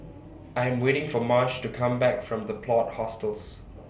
I Am waiting For Marsh to Come Back from The Plot Hostels